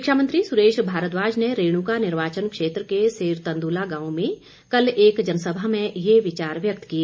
शिक्षा मंत्री सुरेश भारद्वाज ने रेणुका निर्वाचन क्षेत्र के सेरतंदुला गांव में कल एक जनसभा में ये विचार व्यक्त किए